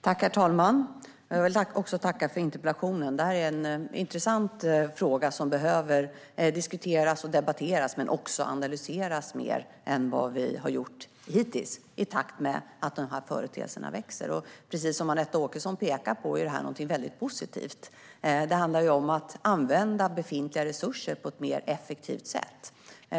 Herr talman! Jag vill också tacka för interpellationen. Detta är en intressant fråga som behöver både debatteras och analyseras mer än vad som skett hittills, i takt med att dessa företeelser växer. Precis som Anette Åkesson framhåller är detta något positivt. Det handlar om att använda befintliga resurser på ett mer effektivt sätt.